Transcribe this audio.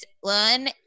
one